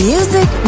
Music